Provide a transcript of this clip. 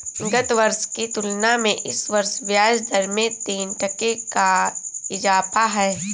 गत वर्ष की तुलना में इस वर्ष ब्याजदर में तीन टके का इजाफा है